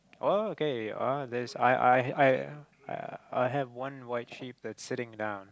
oh okay oh there's I I I I I have one white sheep that's sitting down